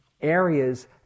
areas